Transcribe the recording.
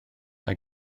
mae